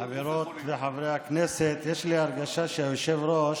חברות וחברי הכנסת, יש לי הרגשה שהיושב-ראש